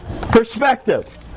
perspective